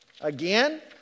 Again